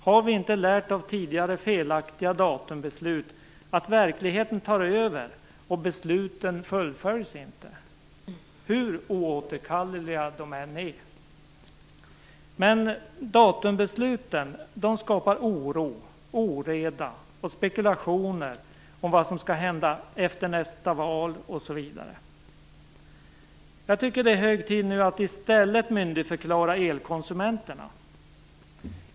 Har vi inte lärt av tidigare felaktiga datumbeslut att verkligheten tar över och att besluten inte fullföljs, hur oåterkalleliga de än är? Datumbesluten skapar oro, oreda och spekulationer om vad som skall hända efter nästa val osv. Jag tycker det är hög tid att nu i stället myndigförklara elkonsumenterna.